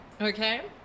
Okay